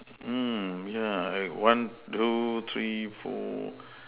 mm yeah I one two three four